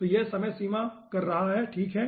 तो यह समय सीमा कर रहा है ठीक है